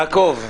יעקב .